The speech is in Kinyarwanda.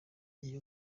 iyo